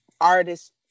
artist